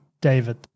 David